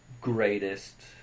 greatest